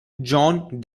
jon